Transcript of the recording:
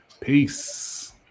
Peace